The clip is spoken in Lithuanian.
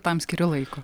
tam skiriu laiko